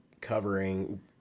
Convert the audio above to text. covering